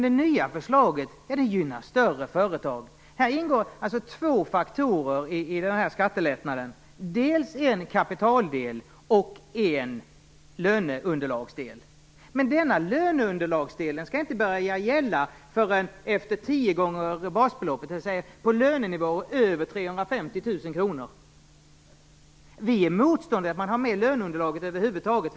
Det nya förslaget gynnar större företag. Två faktorer ingår i skattelättnaden. Det är dels en kapitaldel, dels en löneunderlagsdel. Löneunderlagsdelen skall inte börja gälla förrän efter tio gånger basbeloppet, dvs. på lönenivåer över 350 000 kr. Vi är motståndare till att man har med löneunderlaget över huvud taget.